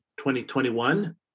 2021